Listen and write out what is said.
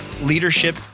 leadership